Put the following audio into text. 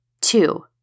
Two